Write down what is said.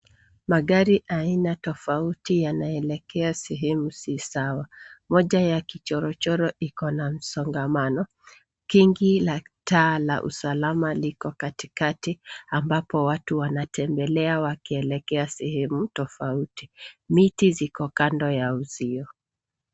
Magari aina tofauti yanaelekea sehemu si sawa. Moja ya kichorochoro iko na msongamano. Kegi la taa la usalama liko katikati ambapo watu wanatembelea wakielekea sehemu tofauti. Miti ziko kando ya uzio.